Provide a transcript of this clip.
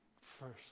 first